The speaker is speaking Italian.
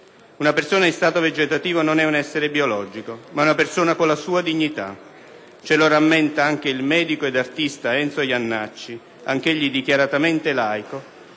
Una persona in stato vegetativo non è un essere biologico, ma è una persona con la sua dignità. Ce lo rammenta anche il medico ed artista Enzo Jannacci, anch'egli dichiaratamente laico: